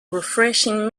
refreshing